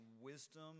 wisdom